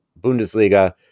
Bundesliga